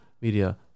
media